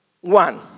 one